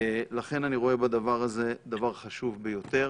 לכן אני רואה בדבר הזה דבר חשוב ביותר.